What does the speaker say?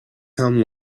town